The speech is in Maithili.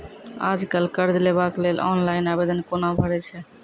आज कल कर्ज लेवाक लेल ऑनलाइन आवेदन कूना भरै छै?